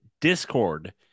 Discord